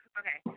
okay